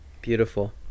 Beautiful